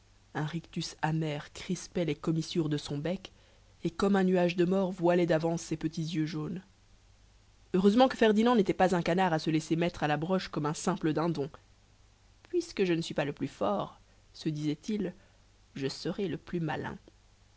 un rictus amer crispait les commissures de son bec et comme un nuage de mort voilait davance ses petits yeux jaunes heureusement que ferdinand nétait pas un canard à se laisser mettre à la broche comme un simple dindon puisque je ne suis pas le plus fort se disait-il je serai le plus malin